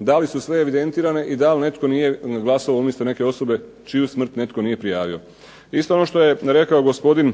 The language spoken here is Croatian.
da li su sve evidentirane i da li netko nije glasovao umjesto neke osobe čiju smrt netko nije prijavio. Isto ono što je rekao gospodin